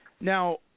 Now